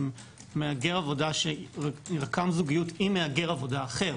מהגר עבודה שרקם זוגיות עם מהגר עבודה אחר